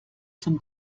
zum